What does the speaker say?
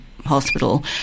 hospital